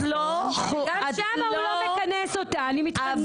גם שם הוא לא מכנס אותה, אני מתחננת אליו.